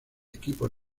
equipo